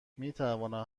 میتوانم